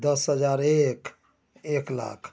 दस हज़ार एक एक लाख